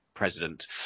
president